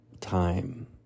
time